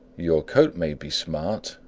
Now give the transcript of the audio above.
your coat may be smart,